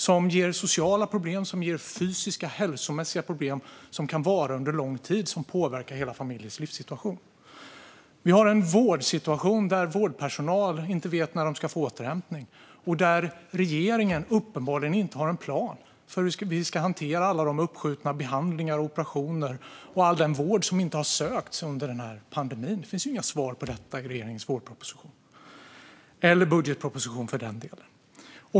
Den ger sociala problem och fysiska och hälsomässiga problem som kan vara under lång tid och påverka hela familjens livssituation. Vi har en vårdsituation där vårdpersonal inte vet när de ska få återhämtning och där regeringen uppenbarligen inte har en plan för hur vi ska hantera alla uppskjutna behandlingar och operationer och all den vård som inte har sökts under pandemin. Det finns inga svar på detta i regeringens vårproposition, eller i budgetpropositionen för den delen.